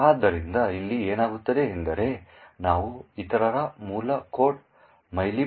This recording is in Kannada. ಆದ್ದರಿಂದ ಇಲ್ಲಿ ಏನಾಗುತ್ತದೆ ಎಂದರೆ ನಾವು ಇತರ ಮೂಲ ಕೋಡ್ mylib